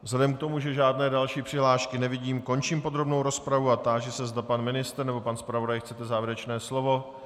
Vzhledem k tomu, že žádné další přihlášky nevidím, končím podrobnou rozpravu a táži se, zda pan ministr nebo pan zpravodaj chtějí závěrečné slovo.